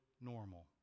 normal